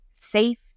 safe